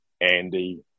Andy